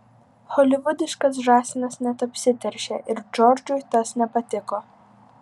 holivudiškas žąsinas net apsiteršė ir džordžui tas nepatiko